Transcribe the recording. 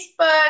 Facebook